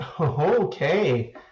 Okay